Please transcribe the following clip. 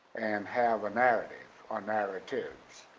and have a narrative or narratives.